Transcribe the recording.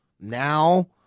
now